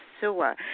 sewer